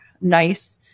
nice